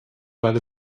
weil